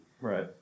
Right